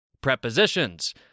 Prepositions